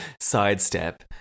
sidestep